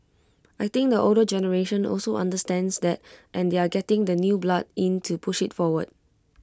I think the older generation also understands that and they are getting the new blood in to push IT forward